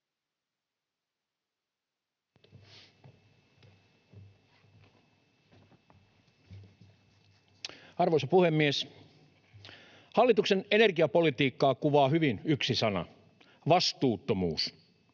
Arvoisa puhemies! Hallituksen energiapolitiikkaa kuvaa hyvin yksi sana: vastuuttomuus.